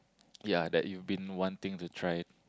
yea that you've been wanting to try